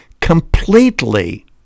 completely